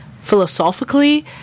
philosophically